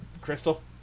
Crystal